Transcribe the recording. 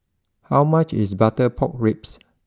how much is Butter Pork Ribs